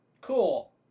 Cool